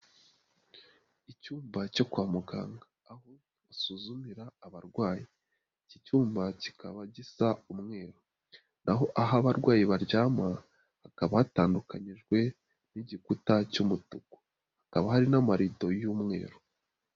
Icyumba cyo kwa muganga, aho basuzumira abarwayi. Iki cyumba kikaba gisa umweru. Naho aho abarwayi baryama hakaba hatandukanijwe n'igikuta cy'umutuku. Hakaba hari n'amarido y'umweru.